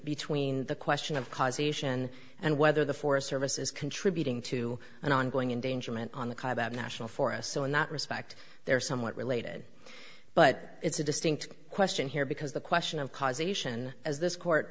between the question of causation and whether the forest service is contributing to an ongoing in danger ment on the national forest so in that respect they're somewhat related but it's a distinct question here because the question of causation as this court